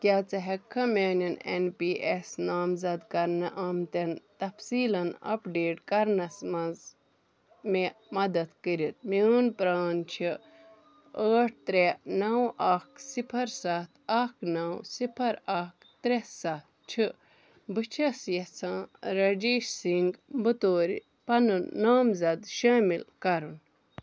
کیٛاہ ژٕ ہٮ۪ککھہ میٛانین این پی ایس نامزد کرنہٕ آمٕتۍ تفصیلاً اپڈیٹ کرنس منٛز مےٚ مدد کٔرِتھ میون پران چھِ ٲٹھ ترےٚ نو اکھ صفر ستھ اکھ نو صفر اکھ ترےٚ سَتھ چھِ بہٕ چھَس یژھان راجیش سِنگھ بطورِ پَنُن نامزد شٲمِل کرُن